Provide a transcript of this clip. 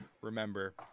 remember